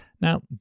Now